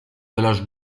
pelage